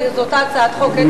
זו אותה הצעת חוק,